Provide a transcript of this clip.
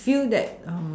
feel that